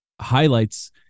highlights